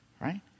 right